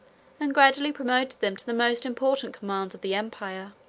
and gradually promoted them to the most important commands of the empire.